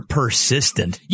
persistent